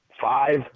five